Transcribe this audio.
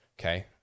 Okay